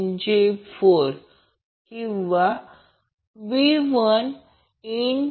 5V1 V2j4 किंवा V11j1